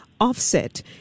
offset